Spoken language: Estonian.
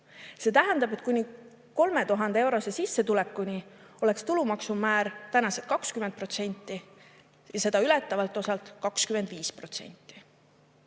See tähendab, et kuni 3000-eurose sissetulekuni oleks tulumaksumäär tänane 20% ja seda ületavalt osalt 25%.